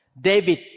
David